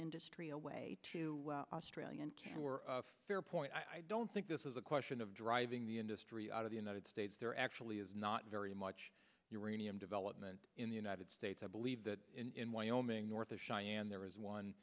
industry away to australia fair point i don't think this is a question of driving the industry out of the united states there actually is not very much uranium development in the united states i believe that in wyoming north of cheyanne there is one